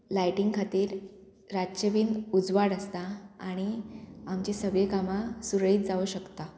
लायटीं खातीर रातचे बीन उजवाड आसता आणी आमची सगळीं कामां सुरयत जावं शकता